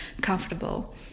comfortable